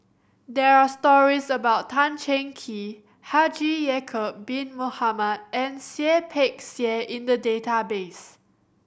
there are stories about Tan Cheng Kee Haji Ya'acob Bin Mohamed and Seah Peck Seah in the database